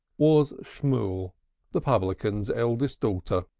was shmool the publican's eldest daughter.